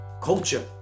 culture